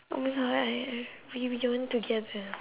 oh my god I I we yawn together